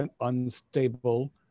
unstable